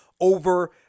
over